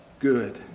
good